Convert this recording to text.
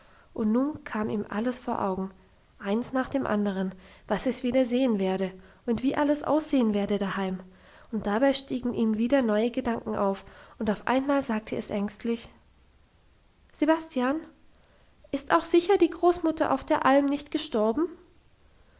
und nun kam ihm alles vor augen eins nach dem anderen was es wieder sehen werde und wie alles aussehen werde daheim und dabei stiegen ihm wieder neue gedanken auf und auf einmal sagte es ängstlich sebastian ist auch sicher die großmutter auf der alm nicht gestorben